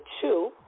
two